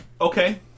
Okay